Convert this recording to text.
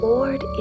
Lord